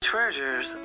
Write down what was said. Treasures